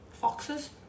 foxes